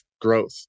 growth